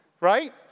right